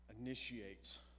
initiates